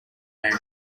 man